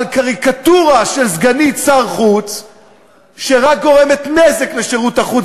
קריקטורה של סגנית שר חוץ שרק גורמת נזק לשירות החוץ